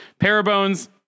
Parabones